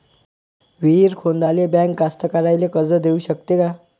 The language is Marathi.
विहीर खोदाले बँक कास्तकाराइले कर्ज देऊ शकते का?